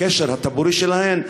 הקשר הטבורי שלהן,